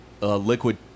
liquid